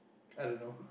I don't know